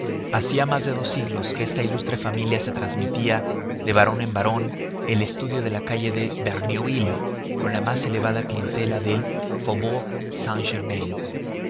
hacía más de dos siglos que esta ilustre familia se transmitía de varón en varón el estudio de la calle de verneuil con la más elevada clientela del